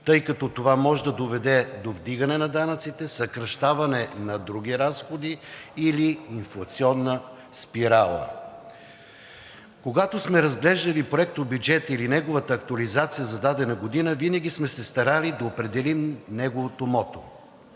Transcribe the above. тъй като това може да доведе до вдигане на данъците, съкращаване на други разходи или инфлационна спирала. Когато сме разглеждали проектобюджет или неговата актуализация за дадена година, винаги сме се старали да определим неговото мото.